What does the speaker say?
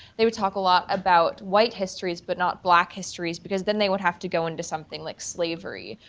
they would talk a lot about white histories, but not black histories, because then they would have to go into something like slavery,